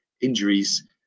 injuries